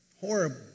Horrible